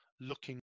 looking